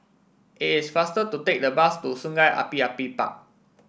it is faster to take the bus to Sungei Api Api Park